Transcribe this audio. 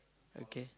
okay